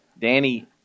Danny